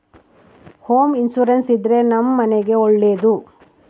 home insurance ಇದ್ರೆ ನಮ್ ಮನೆಗ್ ಒಳ್ಳೇದು